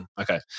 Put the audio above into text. Okay